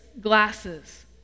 glasses